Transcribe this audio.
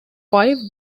five